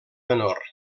menor